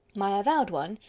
my avowed one,